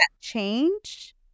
change